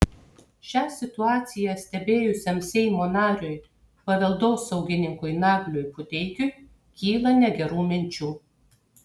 šią situaciją stebėjusiam seimo nariui paveldosaugininkui nagliui puteikiui kyla negerų minčių